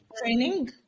training